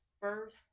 first